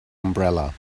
umbrella